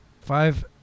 Five